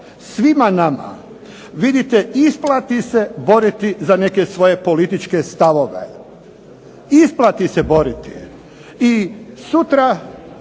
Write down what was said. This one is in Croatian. svima nama, vidite isplati se boriti za neke svoje političke stavove. Isplati se boriti. I sutra